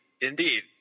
indeed